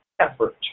effort